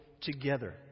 together